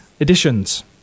editions